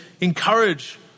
encourage